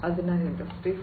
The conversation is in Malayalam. അതിനാൽ ഇൻഡസ്ട്രി 4